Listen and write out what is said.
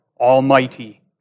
Almighty